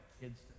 kids